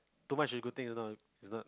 too much a good thing is not a is not